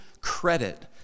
credit